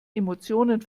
emotionen